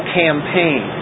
campaign